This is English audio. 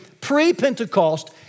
pre-Pentecost